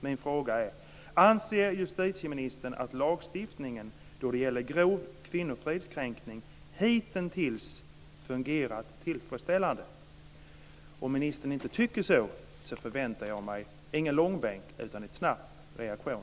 Min fråga är: Anser justitieministern att lagstiftningen då det gäller grov kvinnofridskränkning hitintills fungerat tillfredsställande? Om ministern inte tycker så, förväntar jag mig ingen långbänk utan en snabb reaktion.